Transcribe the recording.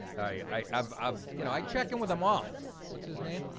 i i've i've you know, i check in with them all what's his name?